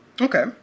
Okay